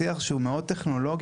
שיח שהוא מאוד טכנולוגי,